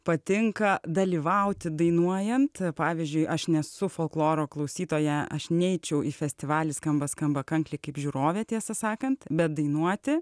patinka dalyvauti dainuojant pavyzdžiui aš nesu folkloro klausytoja aš neičiau į festivalį skamba skamba kankliai kaip žiūrovė tiesą sakant bet dainuoti